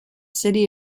city